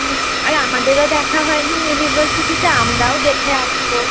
হুম আর আমাদেরও দেখা হয় নি ইউনিভার্সিটিটা আমরাও দেখে আসবো